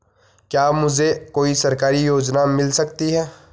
क्या मुझे कोई सरकारी योजना मिल सकती है?